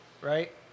right